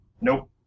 Nope